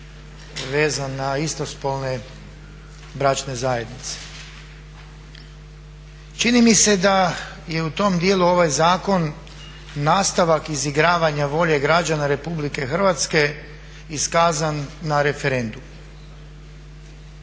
vezan na istospolne bračne zajednice. Čini mi se da je u tom djelu ovaj zakon nastavak izigravanja volje građana RH iskazan na referendumu.